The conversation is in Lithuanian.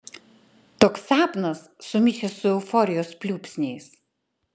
toks sapnas sumišęs su euforijos pliūpsniais